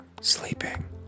sleeping